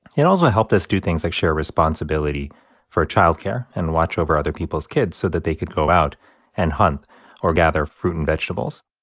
it also helped us do things like share responsibility for child care and watch over other people's kids so that they could go out and hunt or gather fruit and vegetables